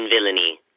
villainy